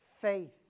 faith